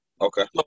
Okay